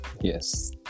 Yes